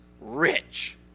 rich